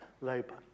labour